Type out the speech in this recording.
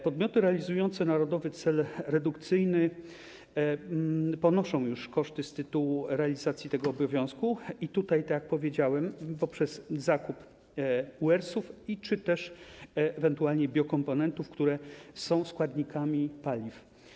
Podmioty realizujące narodowy cel redukcyjny ponoszą już koszty z tytułu realizacji tego obowiązku - tak jak powiedziałem - poprzez zakup UER czy też ewentualnie biokomponentów, które są składnikami paliw.